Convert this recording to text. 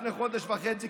לפני חודש וחצי,